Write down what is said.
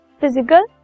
physical